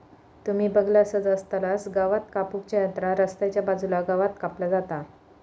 तुम्ही बगलासच आसतलास गवात कापू च्या यंत्रान रस्त्याच्या बाजूचा गवात कापला जाता